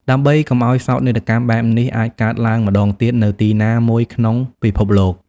ដើម្បីកុំឲ្យសោកនាដកម្មបែបនេះអាចកើតឡើងម្តងទៀតនៅទីណាមួយក្នុងពិភពលោក។